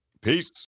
peace